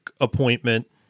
appointment